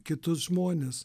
kitus žmones